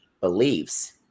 beliefs